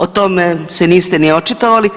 O tome se niste ni očitovali.